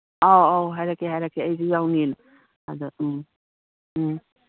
ꯑꯧ ꯑꯧ ꯍꯥꯏꯔꯛꯀꯦ ꯍꯥꯏꯔꯛꯀꯦ ꯑꯩꯁꯨ ꯌꯥꯎꯅꯤꯅ ꯑꯗ ꯎꯝ ꯎꯝ